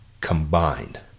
combined